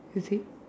you see